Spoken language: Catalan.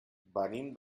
venim